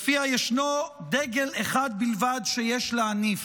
שלפיה ישנו דגל אחד בלבד שיש להניף,